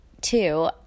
two